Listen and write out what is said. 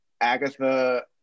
Agatha